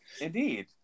indeed